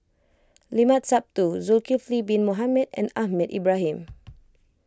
Limat Sabtu Zulkifli Bin Mohamed and Ahmad Ibrahim